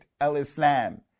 Al-Islam